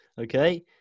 Okay